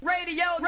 Radio